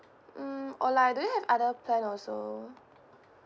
mm or like do you have other plan also